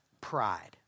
pride